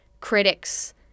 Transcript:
critics